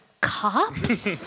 cops